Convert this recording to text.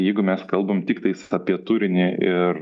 jeigu mes kalbam tiktais apie turinį ir